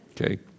Okay